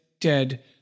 dead